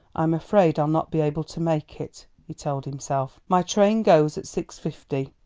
i'm afraid i'll not be able to make it, he told himself my train goes at six-fifty,